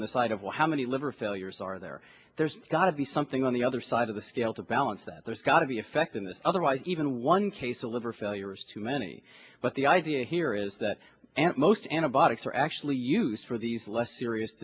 on the side of how many liver failures are there there's got to be something on the other side of the scale to balance that there's got to be effect in this otherwise even one case a liver failure is too many but the idea here is that most antibiotics are actually used for these less serious